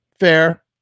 fair